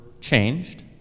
changed